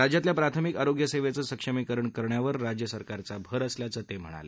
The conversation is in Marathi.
राज्यातल्या प्राथमिक आरोग्यसक्किसक्षमीकरण करण्यावर राज्य सरकारचा भर असल्याचंही ते म्हणाले